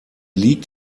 liegt